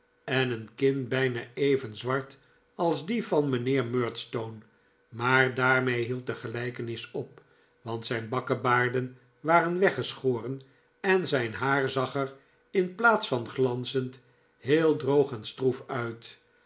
en een kin biina even zwart als die van mijnheer murdstone maar daarmee hield de gelijkenis op want zijn bakkebaarden waren weggeschoren en zijn haar zag er in plaats van glanzend heel droog en stroef uit